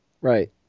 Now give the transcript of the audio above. Right